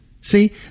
See